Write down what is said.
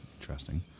interesting